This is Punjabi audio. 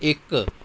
ਇੱਕ